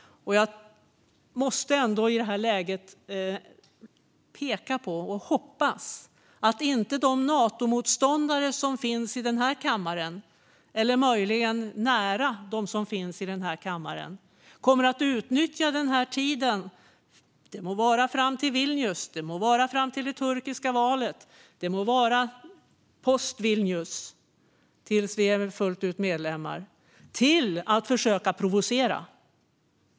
Jag hoppas att de Natomotståndare som finns här i kammaren eller nära dem inte kommer att utnyttja tiden före eller efter Vilnius eller före det turkiska valet, det vill säga före Sverige har blivit Natomedlem fullt ut, till att försöka provocera.